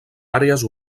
àrees